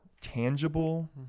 tangible